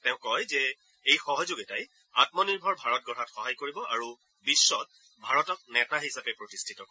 তেওঁ কয় যে এই সহযোগিতাই আমনিৰ্ভৰ ভাৰত গঢ়াত সহায় কৰিব আৰু বিশ্বত ভাৰতক নেতা হিচাপে প্ৰতিষ্ঠা কৰিব